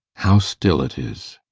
how still it is.